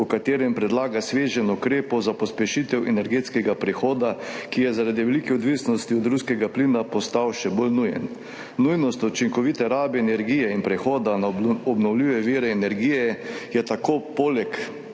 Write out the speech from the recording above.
v katerem predlaga sveženj ukrepov za pospešitev energetskega prehoda, ki je zaradi velike odvisnosti od ruskega plina postal še bolj nujen. Nujnost učinkovite rabe energije in prehoda na obnovljive vire energije je tako poleg